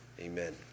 amen